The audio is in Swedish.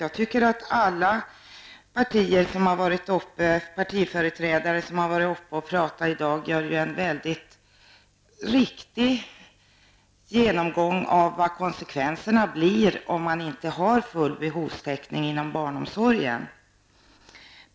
Jag tycker att alla partiers företrädare som varit uppe och talat i dag gjort en riktig genomgång av vilka konsekvenserna blir om man inte har full behovstäckning inom barnomsorgen.